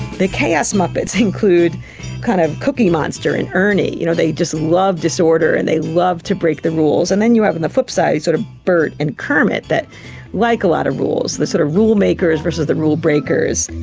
the chaos muppets include kind of cookie monster and ernie, you know they just love disorder and they love to break the rules, and then you have on the flip-side sort of bert and kermit that like a lot of rules, the sort of rule makers versus the rule breakers.